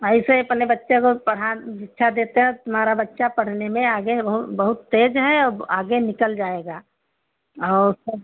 ऐसे अपने बच्चे को पढ़ा शिक्षा देते हो तुम्हारा बच्चा पढ़ने में आगे बहुत बहुत तेज़ है अब आगे निकल जाएगा और सब